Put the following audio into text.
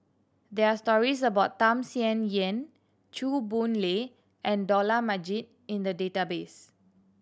there are stories about Tham Sien Yen Chew Boon Lay and Dollah Majid in the database